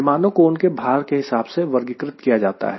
विमानों को उनके भार के हिसाब से वर्गीकृत किया जाता है